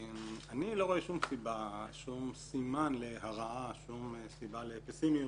אני לא רואה שום סימן להרעה, שום סיבה לפסימיות.